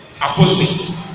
apostate